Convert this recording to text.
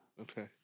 Okay